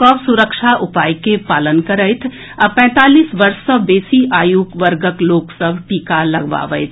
सभ सुरक्षा उपाय के पालन करथि आ पैंतालीस वर्ष सँ बेसी आयु वर्गक लोक सभ टीका लगबावथि